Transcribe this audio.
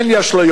אין לי אשליות,